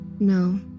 No